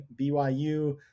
byu